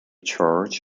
church